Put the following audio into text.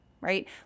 right